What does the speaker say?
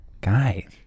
guy